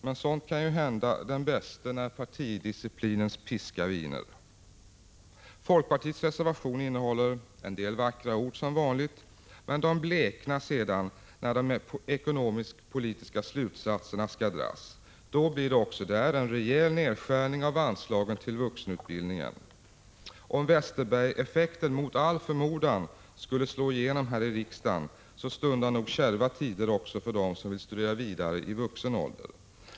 Men sådant kan ju hända den bäste när partidisciplinens piska viner. Folkpartiets reservation innehåller som vanligt en del vackra ord, men de bleknar när sedan de ekonomisk-politiska slutsatserna skall dras. Då blir det en rejäl nedskärning av anslagen till vuxenutbildningen. Om Westerbergeffekten mot all förmodan skulle slå igenom här i riksdagen så stundar kärva tider också för dem som vill studera vidare i vuxen ålder.